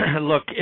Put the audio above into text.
Look